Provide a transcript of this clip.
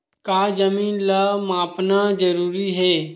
का जमीन ला मापना जरूरी हे?